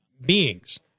beings